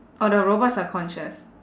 orh the robots are conscious